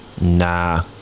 Nah